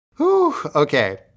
Okay